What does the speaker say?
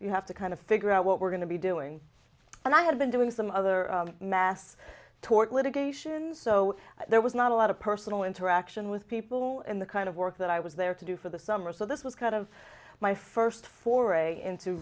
you have to kind of figure out what we're going to be doing and i had been doing some other mass tort litigation so there was not a lot of personal interaction with people in the kind of work that i was there to do for the summer so this was kind of my first foray into